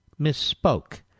misspoke